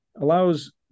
allows